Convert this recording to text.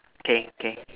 okay okay